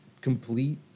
complete